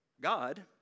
God